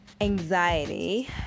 anxiety